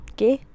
Okay